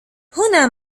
هنا